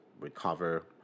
recover